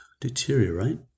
deteriorate